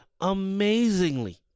amazingly